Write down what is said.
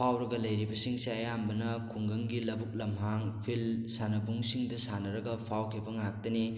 ꯐꯥꯎꯔꯒ ꯂꯩꯔꯤꯕꯁꯤꯡꯁꯦ ꯑꯌꯥꯝꯕꯅ ꯈꯨꯡꯒꯪꯒꯤ ꯂꯧꯕꯨꯛ ꯂꯝꯍꯥꯡ ꯐꯤꯜ ꯁꯥꯟꯅꯕꯨꯡꯁꯤꯡꯗ ꯁꯥꯟꯅꯔꯒ ꯐꯥꯎꯈꯤꯕ ꯉꯥꯛꯇꯅꯤ